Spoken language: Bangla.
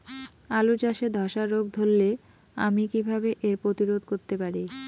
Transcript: আলু চাষে ধসা রোগ ধরলে আমি কীভাবে এর প্রতিরোধ করতে পারি?